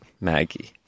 Maggie